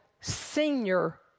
senior